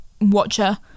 watcher